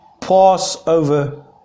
Passover